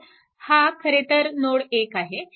तर हा खरेतर नोड 1 आहे